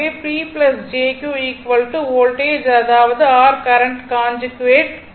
எனவே P jQ voltage அதாவது r current conjugate